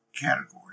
category